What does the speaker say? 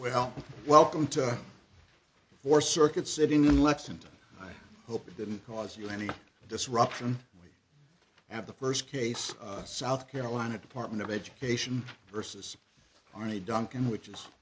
well welcome to the war circuit city in lexington i hope it didn't cause you any disruption and we have the first case of south carolina department of education versus on a duncan which is